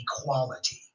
equality